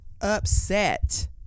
upset